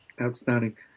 Outstanding